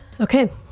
Okay